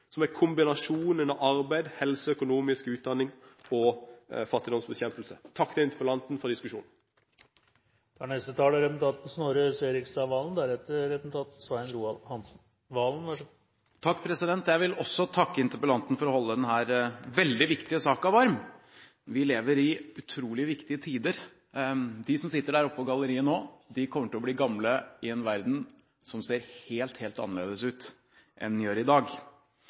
som er kombinasjonen av arbeid, helse og økonomisk utdanning på fattigdomsbekjempelse. Takk til interpellanten for diskusjonen. Jeg vil også takke interpellanten for å holde denne veldig viktige saken varm. Vi lever i utrolig viktige tider. De som sitter der oppe på galleriet nå, kommer til å bli gamle i en verden som vil se helt, helt annerledes ut enn den gjør i dag.